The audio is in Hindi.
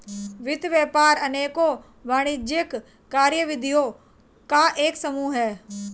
वित्त व्यापार अनेकों वाणिज्यिक कार्यविधियों का एक समूह है